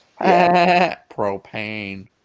Propane